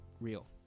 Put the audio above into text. real